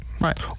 right